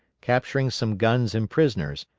capturing some guns and prisoners,